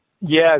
Yes